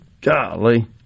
golly